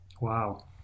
Wow